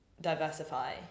diversify